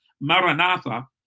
Maranatha